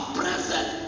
present